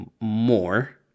more